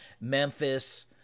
Memphis